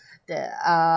that uh